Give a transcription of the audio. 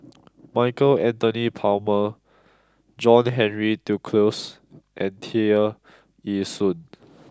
Michael Anthony Palmer John Henry Duclos and Tear Ee Soon